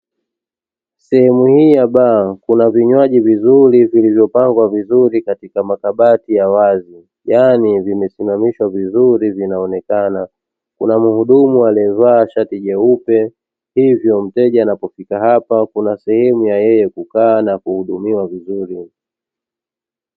Sehemu hii ya baa kuna vinywaji vizuri vilivyopangwa vizuri katika makabati ya wazi yaani vimesimamishwa vizuri, vinaonekana kuna muhudumu aliyevaa shati jeupe hivyo mteja anapofika hapa kuna sehemu ya yeye kukaa na kuhudumiwa vizuri.